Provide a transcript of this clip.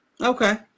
Okay